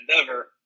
Endeavor